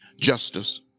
justice